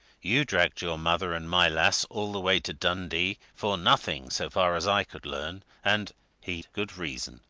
you dragged your mother and my lass all the way to dundee for nothing so far as i could learn and he'd good reason,